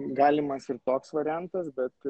galimas ir toks variantas bet